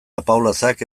apaolazak